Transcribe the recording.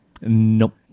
Nope